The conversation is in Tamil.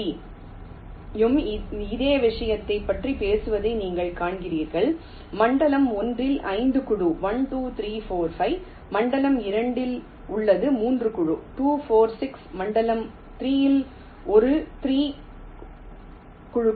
ஜி யும் இதே விஷயத்தைப் பற்றி பேசுவதை நீங்கள் காண்கிறீர்கள் மண்டலம் 1 இல் 5 குழு 1 2 3 4 5 மண்டலம் 2 உள்ளது 3 குழு 2 4 6 மண்டலம் 3 ஒரு 3 குழுக்கள் 7 4 5